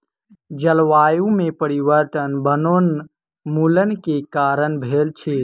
जलवायु में परिवर्तन वनोन्मूलन के कारण भेल अछि